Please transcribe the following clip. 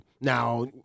Now